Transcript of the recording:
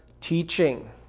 teaching